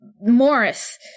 Morris